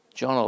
John